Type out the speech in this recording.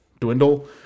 dwindle